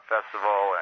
Festival